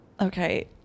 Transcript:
okay